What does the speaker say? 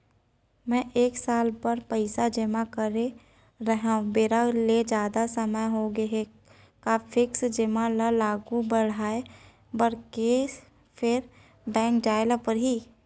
मैं एक साल बर पइसा जेमा करे रहेंव, बेरा ले जादा समय होगे हे का फिक्स जेमा ल आगू बढ़ाये बर फेर बैंक जाय ल परहि?